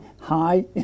high